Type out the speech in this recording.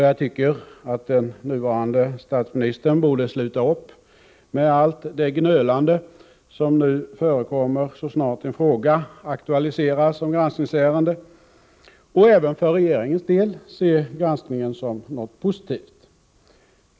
Jag tycker att den nuvarande statsministern borde sluta upp med allt det gnölande som nu förekommer så snart en fråga aktualiseras som granskningsärende och även för regeringens del se granskningen som något positivt.